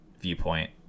viewpoint